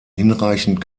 hinreichend